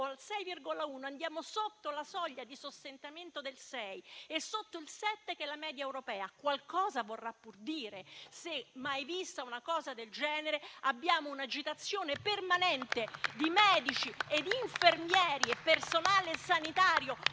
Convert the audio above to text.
cento, andiamo sotto la soglia di sostentamento del 6 e sotto il 7, che è la media europea: qualcosa vorrà pur dire. Si è mai vista una cosa del genere? Abbiamo un'agitazione permanente di medici, infermieri e personale sanitario